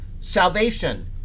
salvation